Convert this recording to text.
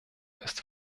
ist